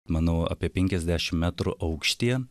manau apie penkiasdešim metrų aukštyje